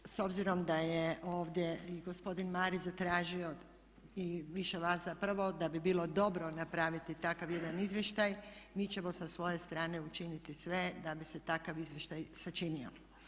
Ali evo s obzirom da je ovdje i gospodin Marić zatražio i više vas zapravo da bi bilo dobro napraviti takav jedan izvještaj mi ćemo sa svoje strane učiniti sve da bi se takav izvještaj sačinio.